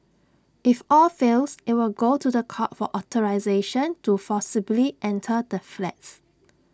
if all fails IT will go to The Court for authorisation to forcibly enter the flats